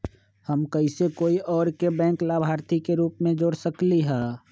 हम कैसे कोई और के बैंक लाभार्थी के रूप में जोर सकली ह?